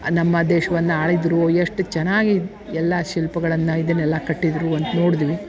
ನಮ್ಮ ದೇಶವನ್ನ ಆಳಿದ್ದರು ಎಷ್ಟು ಚೆನ್ನಾಗಿ ಇದು ಎಲ್ಲಾ ಶಿಲ್ಪಗಳನ್ನ ಇದನೆಲ್ಲ ಕಟ್ಟಿದ್ದರು ಅಂತ ನೋಡ್ದ್ವಿ